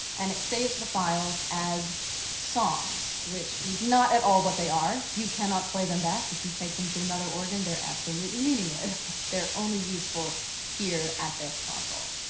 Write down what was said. and it saves the files as songs, which is not at all what they are. you cannot play them back. if you take them to another organ, they're absolutely meaningless. they're only useful here, at this console.